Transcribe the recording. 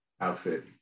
outfit